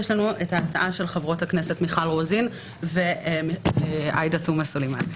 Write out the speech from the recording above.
יש לנו את ההצעה של חברות הכנסת מיכל רוזין ועאידה תומא סלימאן.